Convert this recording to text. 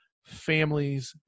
families